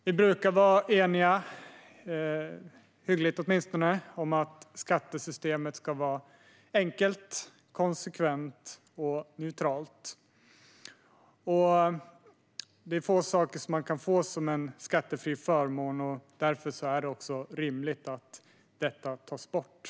Vi brukar vara eniga, åtminstone hyggligt, om att skattesystemet ska vara enkelt, konsekvent och neutralt. Det är få saker som man kan få som en skattefri förmån, och därför är det rimligt att detta tas bort.